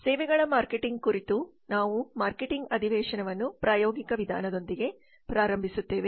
ಸೇವೆಗಳ ಮಾರ್ಕೆಟಿಂಗ್ ಕುರಿತು ನಾವು ಈ ಮಾರ್ಕೆಟಿಂಗ್ ಅಧಿವೇಶನವನ್ನು ಪ್ರಾಯೋಗಿಕ ವಿಧಾನದೊಂದಿಗೆ ಪ್ರಾರಂಭಿಸುತ್ತೇವೆ